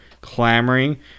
clamoring